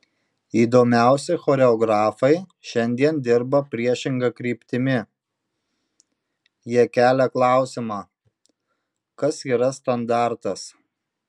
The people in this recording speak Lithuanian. įdomiausi choreografai šiandien dirba priešinga kryptimi jie kelia klausimą kas yra standartas